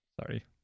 Sorry